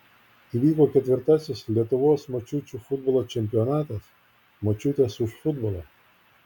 įvyko ketvirtasis lietuvos močiučių futbolo čempionatas močiutės už futbolą